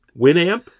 Winamp